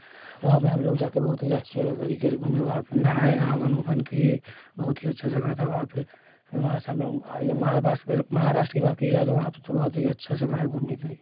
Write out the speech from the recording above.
वहाँ पर हम लोग जाकर बहुत ही अच्छे तरीके से घूमे वहाँ पर नहाए नहावन उभन किए बहुत ही अच्छी जगह थी वहाँ पर फिर वहाँ से हम लोग आए महाराष्ट्र महाराष्ट्र की बात की जाए तो वहाँ पर तो बहुत ही अच्छी जगह है घूमने के लिए